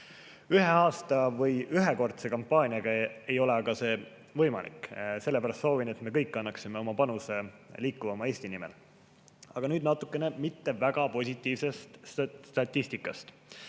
Ühe aasta jooksul või ühekordse kampaaniaga ei ole see aga võimalik. Sellepärast soovin, et me kõik annaksime oma panuse liikuvama Eesti nimel. Aga nüüd natukene mitte väga positiivsest statistikast.